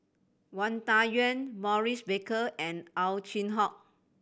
Wang Dayuan Maurice Baker and Ow Chin Hock